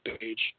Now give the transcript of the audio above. page